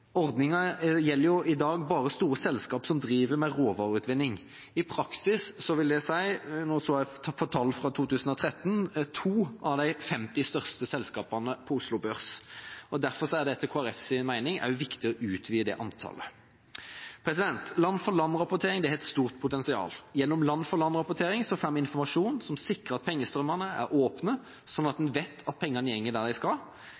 Ordninga gjelder i dag bare store selskap som driver med råvareutvinning. I praksis vil det si – her bruker jeg tall fra 2013 – to av de 50 største selskapene på Oslo Børs. Derfor er det etter Kristelig Folkepartis mening viktig å utvide antallet. Land-for-land-rapportering har et stort potensial. Gjennom land-for-land-rapportering får vi informasjon som sikrer at pengestrømmene er åpne, slik at en vet at pengene går dit de skal.